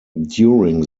during